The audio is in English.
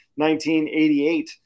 1988